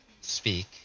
speak